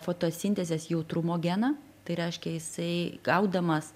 fotosintezės jautrumo geną tai reiškia jisai gaudamas